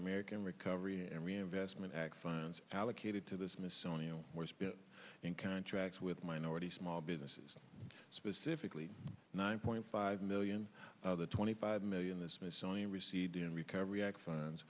american recovery and reinvestment act funds allocated to the smithsonian in contracts with minority small businesses specifically nine point five million of the twenty five million the smithsonian received in recovery act funds